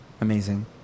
amazing